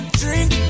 drink